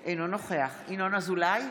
ניר אורבך, אינו נוכח ינון אזולאי,